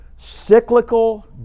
cyclical